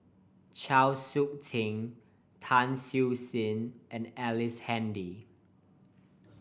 Chau Sik Ting Tan Siew Sin and Ellice Handy